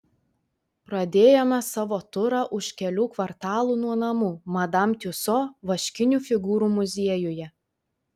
pradėjome savo turą už kelių kvartalų nuo namų madam tiuso vaškinių figūrų muziejuje